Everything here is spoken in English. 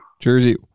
Jersey